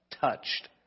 touched